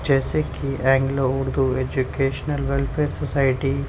جیسے کہ Anglo Urdu educational welfare society